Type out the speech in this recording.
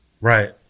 Right